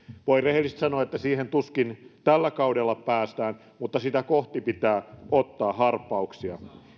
voin rehellisesti sanoa että siihen tuskin tällä kaudella päästään mutta sitä kohti pitää ottaa harppauksia